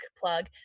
plug